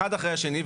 אחד אחרי השני,